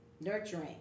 nurturing